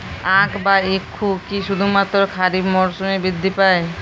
আখ বা ইক্ষু কি শুধুমাত্র খারিফ মরসুমেই বৃদ্ধি পায়?